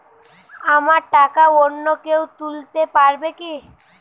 আমার টাকা অন্য কেউ তুলতে পারবে কি?